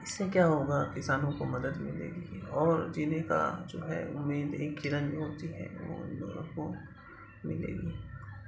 اس سے کیا ہوگا کسانوں کو مدد ملے گی اور جینے کا جو ہے امید ایک کرن جو ہوتی ہے وہ ان لوگوں کو ملے گی